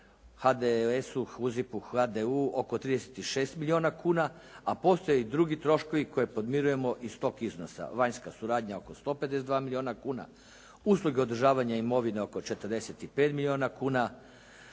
HDLS-u, HUZIP-u, HDU oko 36 milijuna kuna, a postoje i drugi troškovi koje podmirujemo iz tog iznosa, vanjska suradnja oko 152 milijuna kuna, usluge održavanja imovine oko 45 milijuna kuna.